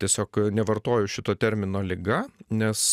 tiesiog nevartoju šito termino liga nes